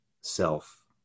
self